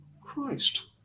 Christ